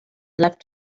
left